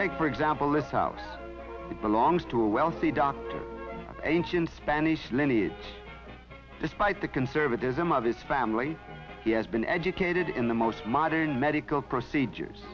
like for example without it belongs to a wealthy dark ancient spanish lineage despite the conservatism of his family he has been educated in the most modern medical procedures